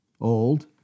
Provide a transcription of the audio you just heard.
old